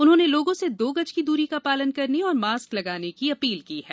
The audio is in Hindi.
उन्होंने लोगों से दो गज की दूरी का पालन करनेऔर मास्क लगाने की अपील की है